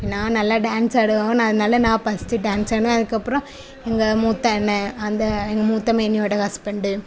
நான் நல்லா டான்ஸ் ஆடுவேன் அதனால் நான் ஃபஸ்ட்டு டான்ஸ் ஆடினேன் அதுக்கப்பறம் எங்கள் மூத்த அண்ணன் அந்த எங்கள் மூத்த மதினியோடு ஹஸ்பண்டு